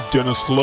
Dennis